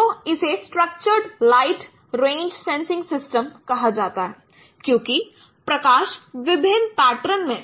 तो इसे structured light range sensing system कहा जाता है क्योंकि प्रकाश विभिन्न पैटर्न में